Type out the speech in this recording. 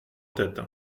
tête